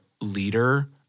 leader